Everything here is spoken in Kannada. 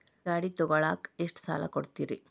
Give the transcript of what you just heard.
ಗಾಡಿ ತಗೋಳಾಕ್ ಎಷ್ಟ ಸಾಲ ಕೊಡ್ತೇರಿ?